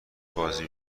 بازی